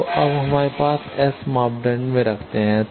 तो अब हम इसे एस मापदंड में रखते हैं